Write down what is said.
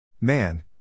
Man